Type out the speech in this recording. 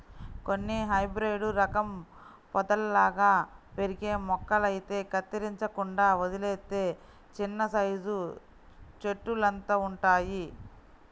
కొన్ని హైబ్రేడు రకం పొదల్లాగా పెరిగే మొక్కలైతే కత్తిరించకుండా వదిలేత్తే చిన్నసైజు చెట్టులంతవుతయ్